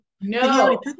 No